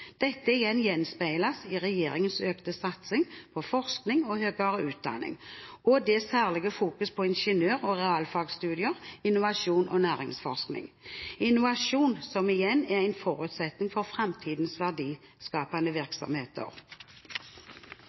Dette igjen gjenspeiles i regjeringens økte satsing på forskning og høyere utdanning og i det særlige fokuset på ingeniør- og realfagsstudier, innovasjon og næringsforskning. Innovasjon er en forutsetning for framtidens verdiskapende virksomheter.